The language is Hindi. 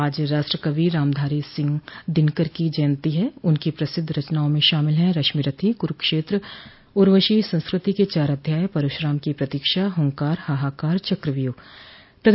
आज राष्ट्रकवि रामधारी सिंह दिनकर की जयंती है उनकी प्रसिद्ध रचनाओं में शामिल हैं रश्मिरथी क्रूक्षेत्र उर्वशी संस्कृति के चार अध्याय परशुराम की प्रतीक्षा हुंकार हाहाकार चक्रव्यूह आदि हैं